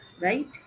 Right